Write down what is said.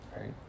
right